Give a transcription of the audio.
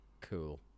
Cool